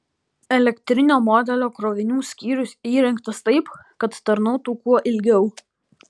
elektrinio modelio krovinių skyrius įrengtas taip kad tarnautų kuo ilgiau